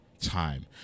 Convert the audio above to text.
time